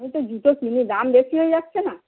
আমি তো জুতো কিনি দাম বেশি হয়ে যাচ্ছে না